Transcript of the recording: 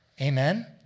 Amen